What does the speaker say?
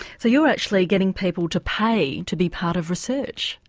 so you're actually getting people to pay to be part of research?